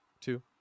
two